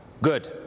Good